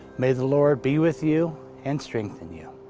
may the lord be with you and strengthen you.